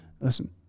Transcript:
listen